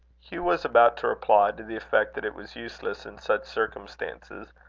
hugh was about to reply, to the effect that it was useless, in such circumstances,